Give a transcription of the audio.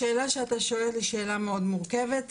השאלה שאתה שואל היא שאלה מאוד מורכבת,